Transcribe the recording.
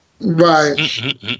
Right